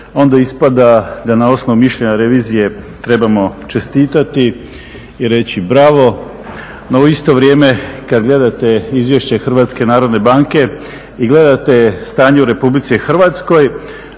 onda ispada da na osnovu mišljenja revizije trebamo čestitati i reći bravo. No u isto vrijeme kada gledate Izvješće Hrvatske narodne banke i gledate stanje u Republici Hrvatskoj